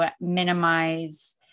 minimize